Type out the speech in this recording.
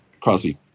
Crosby